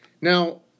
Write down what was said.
Now